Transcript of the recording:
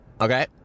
Okay